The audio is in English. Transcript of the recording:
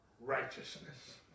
Righteousness